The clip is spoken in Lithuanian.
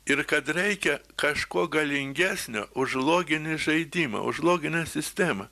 ir kad reikia kažko galingesnio už loginį žaidimą už loginę sistemą